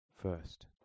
first